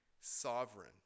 sovereign